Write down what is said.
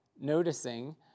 noticing